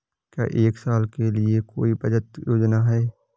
क्या एक साल के लिए कोई बचत योजना है?